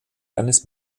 eines